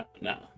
No